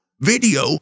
video